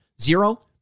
Zero